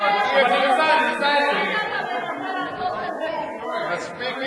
מה שאתה מנסה לעשות כאן זה תספורת,